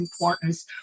importance